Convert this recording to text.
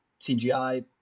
CGI